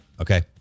okay